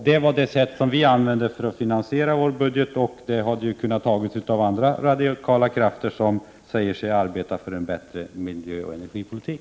Det var det sätt som vi använde för att finansiera vår budget, och det borde ha kunnat antas av andra radikala krafter som säger sig arbeta för en bättre miljöoch energipolitik.